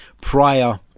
prior